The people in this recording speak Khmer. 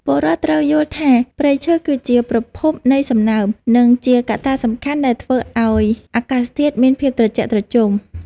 ពលរដ្ឋត្រូវយល់ថាព្រៃឈើគឺជាប្រភពនៃសំណើម និងជាកត្តាសំខាន់ដែលធ្វើឱ្យអាកាសធាតុមានភាពត្រជាក់ត្រជុំ។